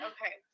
Okay